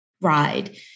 ride